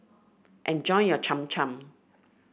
enjoy your Cham Cham